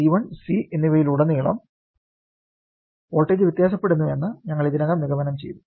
C1 C എന്നിവയിലുടനീളം voltage വ്യത്യാസപ്പെടുമെന്ന് ഞങ്ങൾ ഇതിനകം നിഗമനം ചെയ്തു